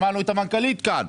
שמענו את המנכ"לית שנמצאת כאן.